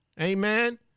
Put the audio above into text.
Amen